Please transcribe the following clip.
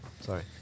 Sorry